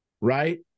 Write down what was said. right